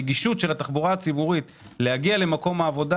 הנגישות של התחבורה הציבורית להגיע למקום העבודה,